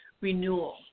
renewal